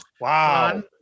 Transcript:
wow